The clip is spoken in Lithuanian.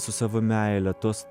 su savo meile tos